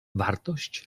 wartość